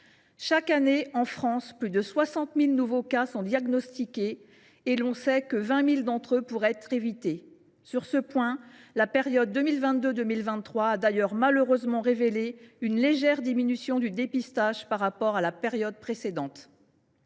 Chaque année en France, plus de 60 000 nouveaux cas sont diagnostiqués et l’on sait que 20 000 d’entre eux pourraient être évités. Sur ce point, la période 2022 2023 est malheureusement marquée par une légère diminution du dépistage par rapport à la période précédente.